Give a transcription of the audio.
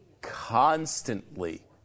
constantly